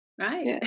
right